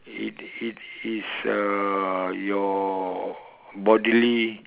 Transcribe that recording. it it is uh your bodily